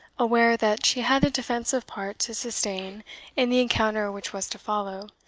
aware that she had a defensive part to sustain in the encounter which was to follow,